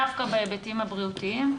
דווקא בהיבטים הבריאותיים,